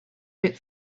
bit